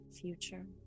future